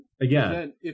Again